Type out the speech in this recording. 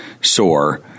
sore